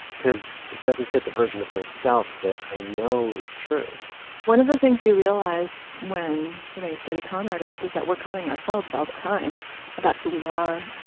cause it doesn't fit the version of myself that i know is true one of the things you realize when, you know, you study con artists is that we're conning ourselves all the time about who we are,